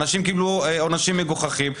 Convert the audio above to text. אנשים קיבלו עונשים מגוחכים.